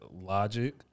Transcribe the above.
logic